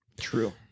True